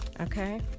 okay